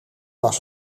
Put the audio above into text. was